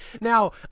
Now